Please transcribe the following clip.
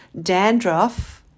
dandruff